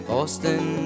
Boston